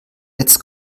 jetzt